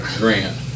grant